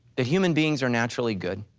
that human beings are naturally good.